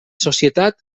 societat